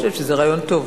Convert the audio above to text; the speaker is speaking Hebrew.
אני חושבת שזה רעיון טוב.